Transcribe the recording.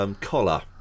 collar